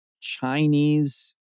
Chinese